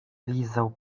lizał